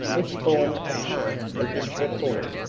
which form a part of this report.